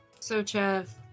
Sochev